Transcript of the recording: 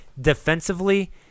defensively